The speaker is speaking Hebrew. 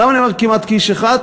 למה אני אומר כמעט כאיש אחד?